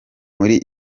muri